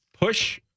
Push